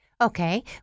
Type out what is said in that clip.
Okay